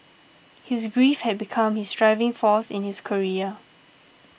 his grief had become his driving force in his career